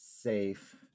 safe